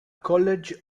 college